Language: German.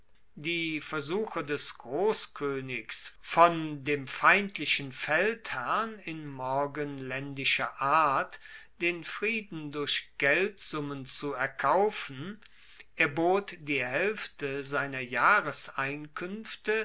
die versuche des grosskoenigs von dem feindlichen feldherrn in morgenlaendischer art den frieden durch geldsummen zu erkaufen er bot die haelfte seiner